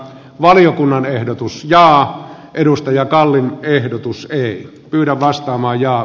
valiokunnan ehdotus ja edustaja kallin ehdotus ei yllä vastaamaan ja